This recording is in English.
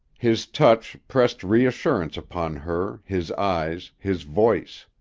his touch pressed reassurance upon her, his eyes, his voice.